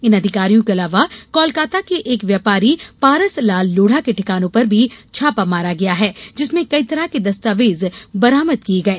इन अधिकारियों के अलावा कोलकाता के एक व्यापारी पारसलाल लोढ़ा के ठिकानों पर भी छापा मारा गया है जिसमें कई तरह के दस्तावेज बरामद किये गये